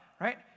right